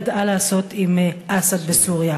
היא ידעה לעשות עם אסד בסוריה.